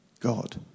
God